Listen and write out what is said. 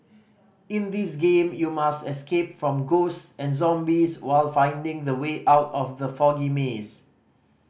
in this game you must escape from ghosts and zombies while finding the way out from the foggy maze